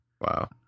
Wow